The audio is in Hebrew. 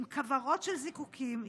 עם כוורות של זיקוקים,